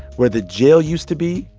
where the jail used to be,